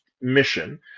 mission